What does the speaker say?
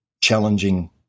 challenging